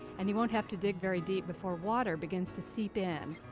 and you won't have to dig very deep before water begins to seep in.